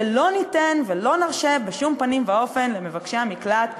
שלא ניתן ולא נרשה בשום פנים ואופן למבקשי המקלט לעבוד.